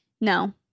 No